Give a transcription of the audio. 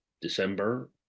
December